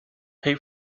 pay